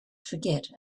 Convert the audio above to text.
forget